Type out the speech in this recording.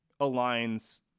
aligns